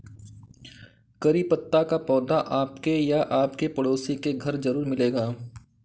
करी पत्ता का पौधा आपके या आपके पड़ोसी के घर ज़रूर मिलेगा